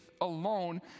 alone